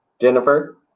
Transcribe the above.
Jennifer